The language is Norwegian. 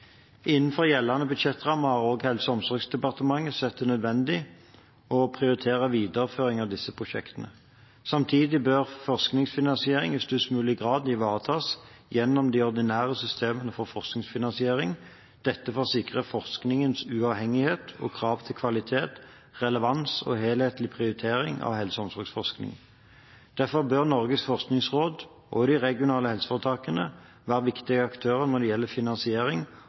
Innenfor gjeldende budsjettrammer har Helse- og omsorgsdepartementet sett det nødvendig å prioritere videreføring av disse prosjektene. Samtidig bør forskningsfinansiering i størst mulig grad ivaretas gjennom de ordinære systemene for forskningsfinansiering – dette for å sikre forskningens uavhengighet, krav til kvalitet, relevans og helhetlig prioritering av helse- og omsorgsforskningen. Derfor bør Norges forskningsråd og de regionale helseforetakene være viktige aktører når det gjelder finansiering